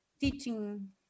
teaching